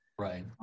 Right